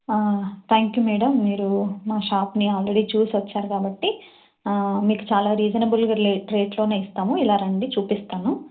thank you madam మీరు మా షాప్ని ఆల్రెడీ చూసి వచ్చారు కాబట్టి మీకు చాలా రీజనబుల్ రే రేట్లోనే ఇస్తాము ఇలా రండి చూపిస్తాను